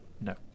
No